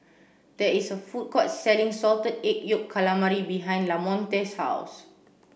there is a food court selling salted egg yolk calamari behind Lamonte's house